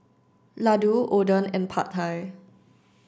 Ladoo Oden and Pad Thai